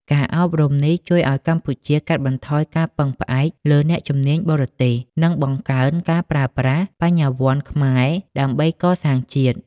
ការអប់រំនេះជួយឱ្យកម្ពុជាកាត់បន្ថយការពឹងផ្អែកលើអ្នកជំនាញបរទេស និងបង្កើនការប្រើប្រាស់ "បញ្ញវន្តខ្មែរ" ដើម្បីកសាងជាតិ។